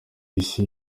isi